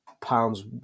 pounds